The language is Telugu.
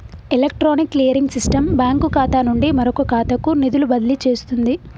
ఎలక్ట్రానిక్ క్లియరింగ్ సిస్టం బ్యాంకు ఖాతా నుండి మరొక ఖాతాకు నిధులు బదిలీ చేస్తుంది